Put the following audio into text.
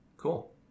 Cool